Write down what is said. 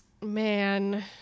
Man